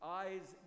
eyes